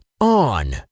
On